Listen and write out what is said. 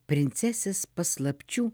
princesės paslapčių